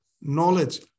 knowledge